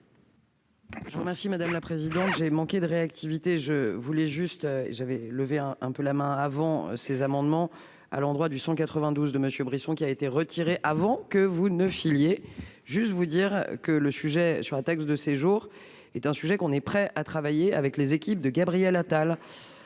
Je vous remercie, madame la présidente j'ai manqué de réactivité, je voulais juste j'avais levé un peu la main avant ces amendements à l'endroit du cent quatre-vingt-douze de monsieur Brisson, qui a été retiré, avant que vous ne Filliez juste vous dire que le sujet sur la taxe de séjour est un sujet qu'on est prêt à travailler avec les équipes de Gabriel Attal.